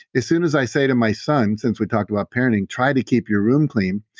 as soon as i say to my son, since we talked about parenting, try to keep your room clean.